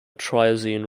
triazine